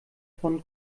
von